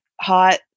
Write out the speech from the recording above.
hot